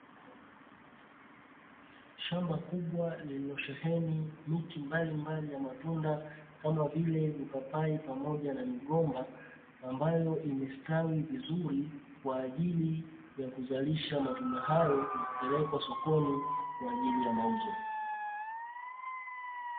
Shamba kubwa lililosheeni miti mbalimbali ya matunda kama vile mipapai pamoja na migomba, ambayo imestawi vizuri kwa ajili ya kuzalisha matunda hayo na kupeleka sokoni kwa ajili ya mauzo.